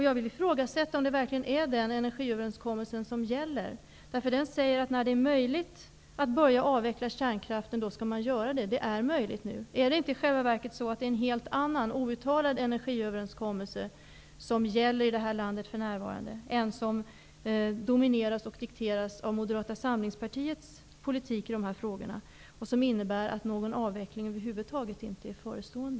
Jag ifrågasätter om det verkligen är den energiöverenskommelsen som gäller, eftersom den innebär att man skall påbörja avveckling av kärnkraften när det är möjligt. Det är möjligt nu. Är det inte i själva verket en helt annan outtalad energiöverenskommelse som gäller i det här landet för närvarande, som domineras och dikteras av Moderata samlingspartiets politik i dessa frågor och som innebär att någon avveckling över huvud taget inte är förestående?